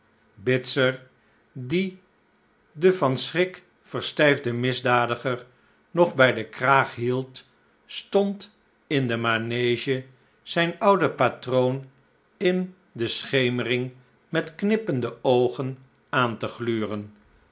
bitzer die den van schrik verstijfden misdadiger nog bij den kraag hield stond in de manege zijn ouden patroon in de schemering met knippende oogen aan te gluren